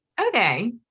okay